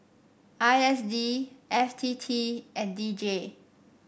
I S D F T T and D J